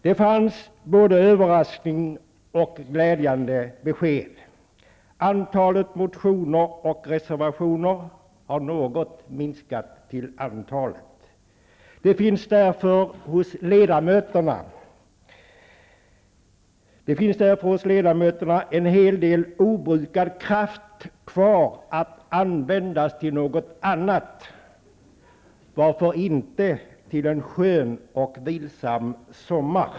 Det fanns både överraskande och glädjande besked. Antalet motioner och reservationer har minskat något till antalet. Det finns därför hos ledamöterna en hel del obrukad kraft att använda till något annat -- varför inte till en skön och vilsam sommar?